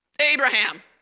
Abraham